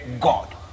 God